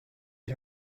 get